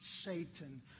Satan